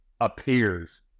appears